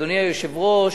אדוני היושב-ראש,